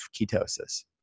ketosis